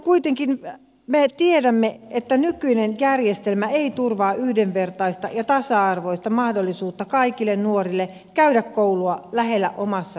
me tiedämme että nykyinen järjestelmä ei turvaa yhdenvertaista ja tasa arvoista mahdollisuutta kaikille nuorille käydä koulua lähellä omassa maakunnassaan